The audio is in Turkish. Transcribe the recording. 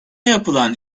yapılan